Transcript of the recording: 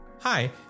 Hi